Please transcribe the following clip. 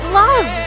love